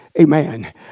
Amen